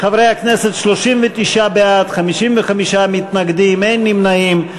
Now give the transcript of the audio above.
חברי הכנסת, 39 בעד, 55 מתנגדים, אין נמנעים.